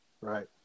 right